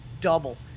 double